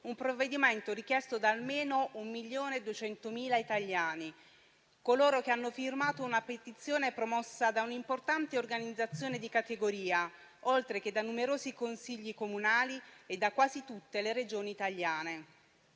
un provvedimento richiesto da almeno 1,2 milioni italiani, coloro che hanno firmato una petizione promossa da un'importante organizzazione di categoria, oltre che da numerosi consigli comunali e da quasi tutte le Regioni italiane.